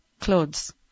clothes